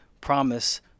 promise